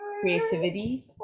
creativity